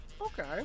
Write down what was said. Okay